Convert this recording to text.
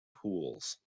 pools